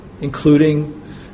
including